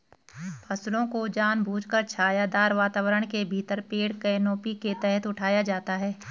फसलों को जानबूझकर छायादार वातावरण के भीतर पेड़ कैनोपी के तहत उठाया जाता है